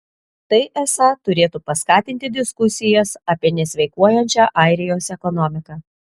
tai esą turėtų paskatinti diskusijas apie nesveikuojančią airijos ekonomiką